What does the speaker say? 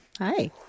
Hi